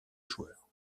joueur